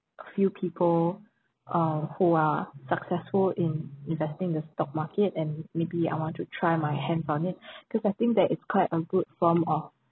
few people uh who are successful in investing in the stock market and maybe I want to try my hands on it cause I think that is quite a good form of